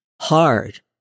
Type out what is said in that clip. hard